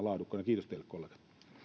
laadukkaana kiitos teille kollegat